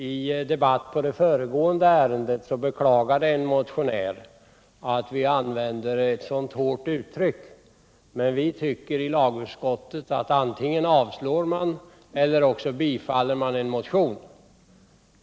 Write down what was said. I debatten om det föregående ärendet beklagade en motionär att vi använder ett så hårt uttryck, men vi tycker i lagutskottet att man antingen avstyrker eller ullstyrker en motion.